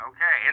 Okay